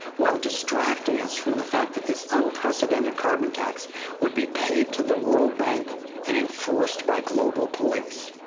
while distracting us from the fact, that this unprecedented carbon tax would be paid to the world bank and enforced by global police.